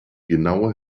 genaue